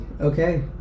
okay